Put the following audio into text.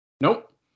Nope